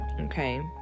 Okay